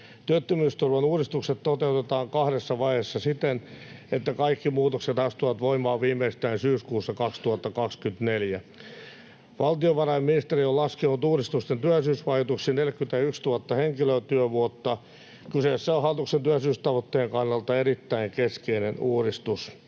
Työttömyysturvan uudistukset toteutetaan kahdessa vaiheessa siten, että kaikki muutokset astuvat voimaan viimeistään syyskuussa 2024. Valtiovarainministeriö on laskenut uudistusten työllisyysvaikutuksiksi 41 000 henkilötyövuotta. Kyseessä on hallituksen työllisyystavoitteen kannalta erittäin keskeinen uudistus.